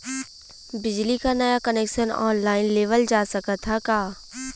बिजली क नया कनेक्शन ऑनलाइन लेवल जा सकत ह का?